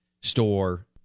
store